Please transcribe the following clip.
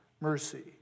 mercy